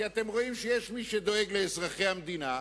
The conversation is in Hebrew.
כי אתם רואים שיש מי שדואג לאזרחי המדינה,